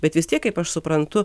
bet vis tiek kaip aš suprantu